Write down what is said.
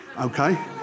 okay